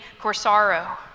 Corsaro